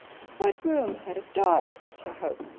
what room had a daughter to hope,